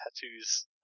Tattoos